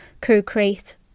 co-create